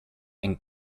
and